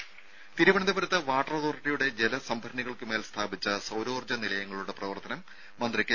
രുമ തിരുവനന്തപുരത്ത് വാട്ടർ അതോറിറ്റിയുടെ ജല സംഭരണികൾക്ക് മേൽ സ്ഥാപിച്ച സൌരോർജ്ജ നിലയങ്ങളുടെ പ്രവർത്തനം മന്ത്രി കെ